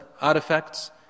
artifacts